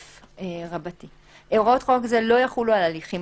4א. הוראות חוק זה לא יחולו על ההליכים